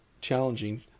challenging